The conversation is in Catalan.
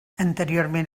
anteriorment